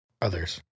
others